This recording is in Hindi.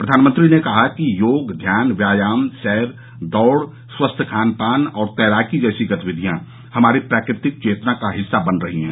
प्रधानमंत्री ने कहा कि योग ध्यान व्यायाम सैर दौड़ स्वस्थ खान पान और तैराकी जैसी गतिविधियां हमारी प्राकृतिक चेतना का हिस्सा बन रही हैं